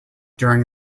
during